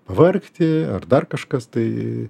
pavargti ar dar kažkas tai